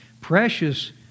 Precious